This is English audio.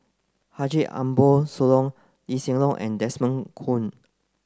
Haji Ambo Sooloh Lee Hsien Loong and Desmond Kon